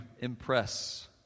impress